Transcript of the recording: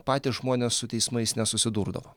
patys žmonės su teismais nesusidurdavo